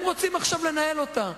הם רוצים עכשיו לנהל אותה,